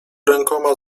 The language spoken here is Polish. rękoma